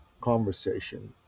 conversation